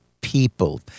People